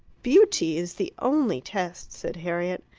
beauty is the only test, said harriet.